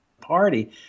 party